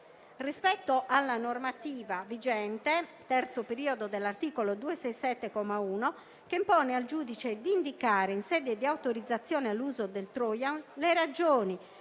Rispetto alla normativa vigente (terzo periodo dell'articolo 267, comma 1), che impone al giudice di indicare, in sede di autorizzazione all'uso del *trojan*, le ragioni